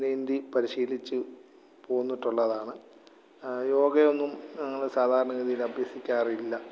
നീന്തി പരിശീലിച്ച് പോന്നിട്ടുള്ളതാണ് യോഗയൊന്നും ഞങ്ങള് സാധാരണഗതിയില് അഭ്യസിക്കാറില്ല